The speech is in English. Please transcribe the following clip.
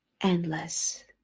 Endless